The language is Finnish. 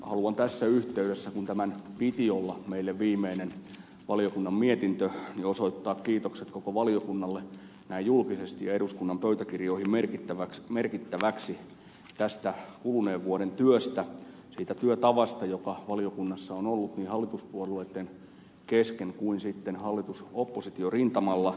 haluan tässä yhteydessä kun tämän piti olla meidän viimeinen valiokunnan mietintö osoittaa kiitokset koko valiokunnalle näin julkisesti ja eduskunnan pöytäkirjoihin merkittäväksi tästä kuluneen vuoden työstä siitä työtavasta joka valiokunnassa on ollut niin hallituspuolueitten kesken kuin sitten hallitusoppositio rintamalla